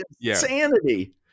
insanity